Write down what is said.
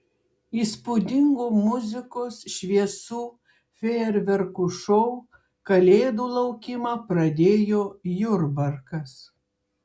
įspūdingu muzikos šviesų fejerverkų šou kalėdų laukimą pradėjo jurbarkas